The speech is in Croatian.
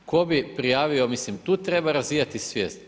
Tko bi prijavio, mislim tu treba razvijati svijest.